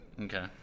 Okay